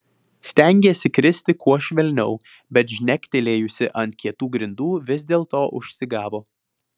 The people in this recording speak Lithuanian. stengėsi kristi kuo švelniau bet žnektelėjusi ant kietų grindų vis dėlto užsigavo